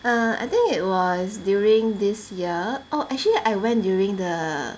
err I think it was during this year orh actually I went during the